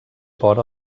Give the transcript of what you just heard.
vora